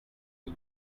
you